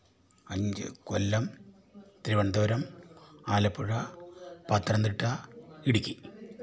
അഞ്ച് കൊല്ലം തിരുവനന്തപുരം ആലപ്പുഴ പത്തനംതിട്ട ഇടുക്കി